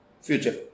future